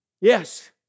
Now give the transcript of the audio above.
Yes